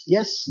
Yes